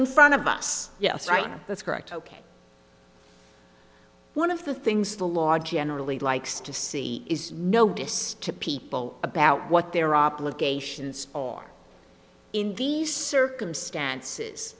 in front of us yes right that's correct ok one of the things the law generally likes to see is notice to people about what their obligations are in these circumstances